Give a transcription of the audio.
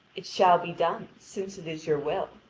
it shall be done, since it is your will.